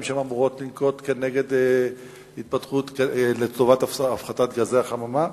שהן אמורות לנקוט לטובת הפחתת גזי החממה,